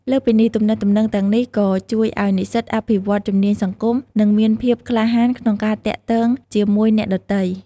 លើសពីនេះ ទំនាក់ទំនងទាំងនេះក៏ជួយឱ្យនិស្សិតអភិវឌ្ឍជំនាញសង្គម និងមានភាពក្លាហានក្នុងការទាក់ទងជាមួយអ្នកដទៃ។